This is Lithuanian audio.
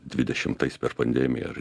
dvidešimtais per pandemiją ar